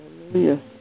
Hallelujah